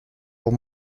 pour